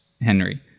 Henry